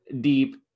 deep